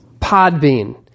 Podbean